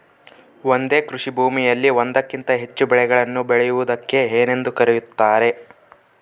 ಒಂದೇ ಕೃಷಿಭೂಮಿಯಲ್ಲಿ ಒಂದಕ್ಕಿಂತ ಹೆಚ್ಚು ಬೆಳೆಗಳನ್ನು ಬೆಳೆಯುವುದಕ್ಕೆ ಏನೆಂದು ಕರೆಯುತ್ತಾರೆ?